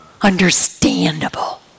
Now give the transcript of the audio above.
understandable